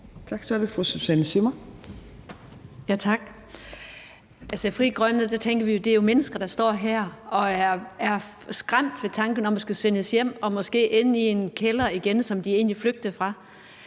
Kl. 15:01 Susanne Zimmer (FG): Tak. I Frie Grønne tænker vi, at det jo er mennesker, der står her og er skræmt ved tanken om at skulle sendes hjem og måske ende i en kælder igen, som de egentlig flygtede fra.